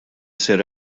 isir